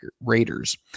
Raiders